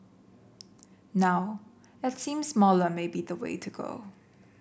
now it seems smaller may be the way to go